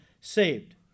saved